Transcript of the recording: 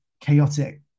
chaotic